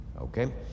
Okay